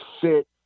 fit